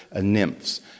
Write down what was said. nymphs